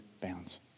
bounds